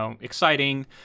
exciting